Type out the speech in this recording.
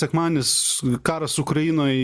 sekmadienis karas ukrainoj